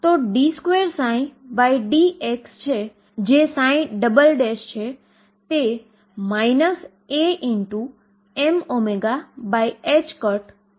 તો હવે હું પાર્ટીકલ કે જે V થી ઈન્ફાઈનાઈટ સુધી બહાર છે તેના માટે હુ ઉકેલ મેળવું છું